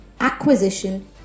acquisition